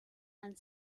and